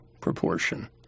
proportion